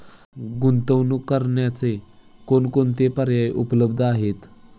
गुंतवणूक करण्याचे कोणकोणते पर्याय उपलब्ध आहेत?